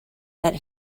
that